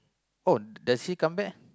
oh does he come back